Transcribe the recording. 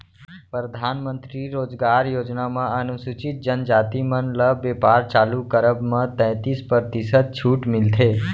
परधानमंतरी रोजगार योजना म अनुसूचित जनजाति मन ल बेपार चालू करब म तैतीस परतिसत छूट मिलथे